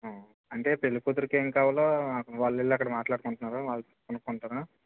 అంటే పెళ్ళి కూతురికి ఏం కావాలో వాళ్ళు వెళ్ళి అక్కడ మాట్లాడుకుంటున్నారు వాళ్ళు కొనుకుంటారు